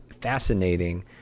fascinating